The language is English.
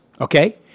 Okay